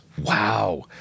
Wow